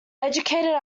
educated